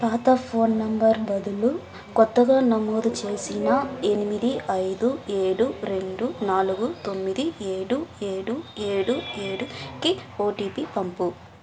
పాత phone number బదులు కొత్తగా నమోదు చేసిన ఎనిమిది ఐదు ఏడు రెండు నాలుగు తొమ్మిది ఏడు ఏడు ఏడు ఏడుకి ఓటీపీ పంపు